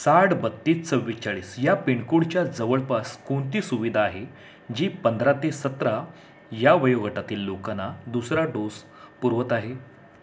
साठ बत्तीस चव्वेचाळीस या पिनकोडच्या जवळपास कोणती सुविधा आहे जी पंधरा ते सतरा या वयोगटातील लोकांना दुसरा डोस पुरवत आहे